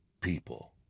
people